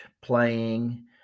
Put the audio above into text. playing